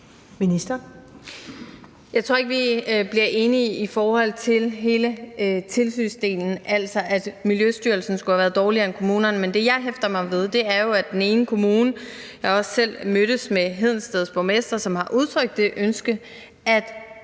Jeg tror ikke, vi bliver enige om hele tilsynsdelen, altså at Miljøstyrelsen skulle have været dårligere end kommunerne, men det, jeg hæfter mig ved, er jo, at den ene kommune har givet udtryk for – jeg har også selv mødtes med Hedensteds borgmester, som har udtrykt det ønske – at